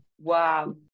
wow